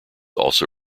also